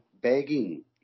Begging